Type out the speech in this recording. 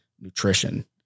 nutrition